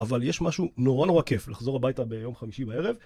אבל יש משהו נורא נורא כיף לחזור הביתה ביום חמישי בערב.